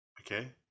Okay